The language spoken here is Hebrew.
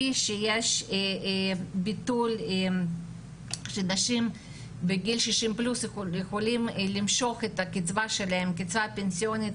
לפיו נשים בגיל 60 ומעלה יכולות למשוך את הקצבה הפנסיונית